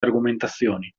argomentazioni